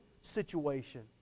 situation